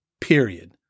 period